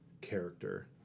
character